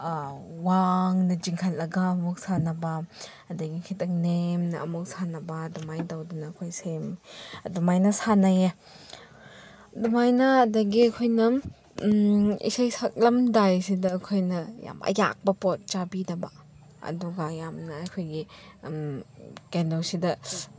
ꯋꯥꯡꯅ ꯆꯤꯡꯈꯠꯂꯒ ꯑꯃꯨꯛ ꯁꯥꯟꯅꯕ ꯑꯗꯒꯤ ꯈꯤꯇꯪ ꯅꯦꯝꯅ ꯑꯃꯨꯛ ꯁꯥꯟꯅꯕ ꯑꯗꯨꯃꯥꯏꯅ ꯇꯧꯗꯅ ꯑꯩꯈꯣꯏꯁꯦ ꯑꯗꯨꯃꯥꯏꯅ ꯁꯥꯟꯅꯩꯌꯦ ꯑꯗꯨꯃꯥꯏꯅ ꯑꯗꯒꯤ ꯑꯩꯈꯣꯏ ꯑꯗꯨꯝ ꯏꯁꯩ ꯁꯛꯂꯝꯗꯥꯏꯁꯤꯗ ꯑꯩꯈꯣꯏꯅ ꯌꯥꯝ ꯑꯌꯥꯛꯄ ꯄꯣꯠ ꯆꯥꯕꯤꯗꯕ ꯑꯗꯨꯒ ꯌꯥꯝꯅ ꯑꯩꯈꯣꯏꯒꯤ ꯀꯩꯅꯣꯁꯤꯗ